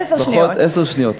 עשר שניות.